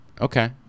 Okay